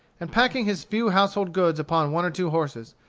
and packing his few household goods upon one or two horses,